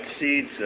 seeds